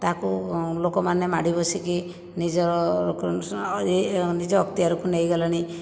ତାକୁ ଲୋକମାନେ ମାଡ଼ି ବସିକି ନିଜର ନିଜ ଅକ୍ତିଆରକୁ ନେଇଗଲେଣି